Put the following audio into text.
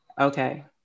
Okay